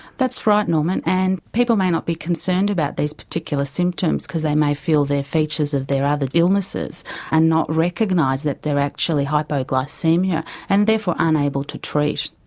that's right norman and people may not be concerned about these particular symptoms because they may feel they're features of their other illnesses and not recognise that they're actually hypoglycaemia and therefore unable to treat.